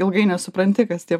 ilgai nesupranti kas tie